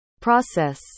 process